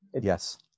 Yes